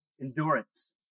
endurance